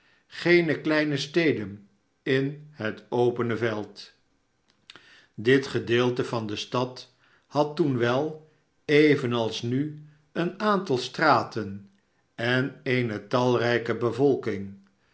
geene kleine steden in het opene veld dit gedeelte van de stad had toen wel evenals nu een aantal straten en eene talnjke bevolking